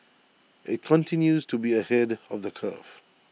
IT continues to be ahead of the curve